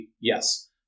Yes